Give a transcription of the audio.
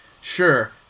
Sure